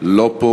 זה עולם ומלואו.